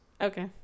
Okay